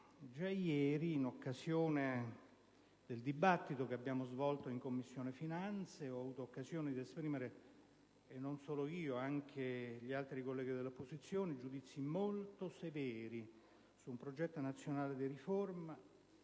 già ieri, in occasione del dibattito che abbiamo svolto in Commissione finanze ho avuto occasione di esprimere - e non solo io, ma anche gli altri colleghi dell'opposizione - giudizi molto severi su un progetto di Programma nazionale di riforma